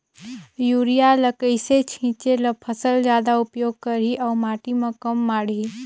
Urea ल कइसे छीचे ल फसल जादा उपयोग करही अउ माटी म कम माढ़ही?